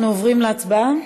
אנחנו עוברים להצבעה?